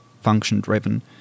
function-driven